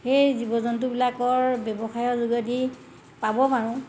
সেই জীৱ জন্তুবিলাকৰ ব্যৱসায়ৰ যোগেদি পাব পাৰোঁ